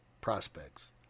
prospects